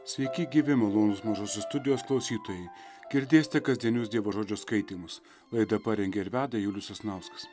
sveiki gyvi malonūs mažosios studijos klausytojai girdėsite kasdienius dievo žodžio skaitymus laidą parengė ir veda julius sasnauskas